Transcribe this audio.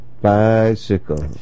Bicycle